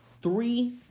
three